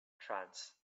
trance